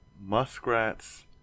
muskrats